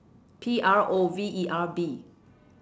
P R O V E R B